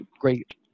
great